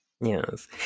Yes